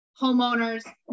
homeowners